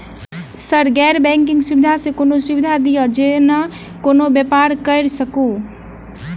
Sir गैर banking सुविधा सँ कोनों सुविधा दिए जेना कोनो व्यापार करऽ सकु?